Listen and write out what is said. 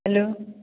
hello